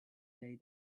day